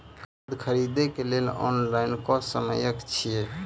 खाद खरीदे केँ लेल ऑनलाइन कऽ सकय छीयै?